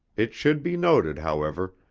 it should be noted however,